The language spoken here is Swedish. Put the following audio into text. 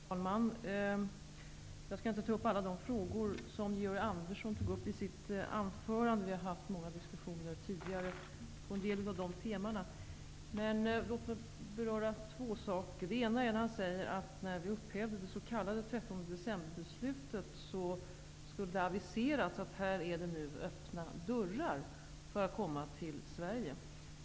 Herr talman! Jag skall inte beröra alla frågor som Georg Andersson tog upp i sitt anförande. Vi har ju haft många diskussioner tidigare på en del av nämnda teman. Två saker vill jag dock kommentera. Den ena är att Georg Andersson säger att det, när det s.k. 13 december-beslutet upphävdes, skulle ha aviserats att det därmed var öppna dörrar för att komma till Sverige.